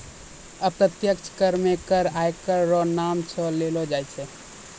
अप्रत्यक्ष कर मे कर आयकर रो नाम सं लेलो जाय छै